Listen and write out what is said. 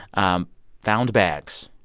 um found bags.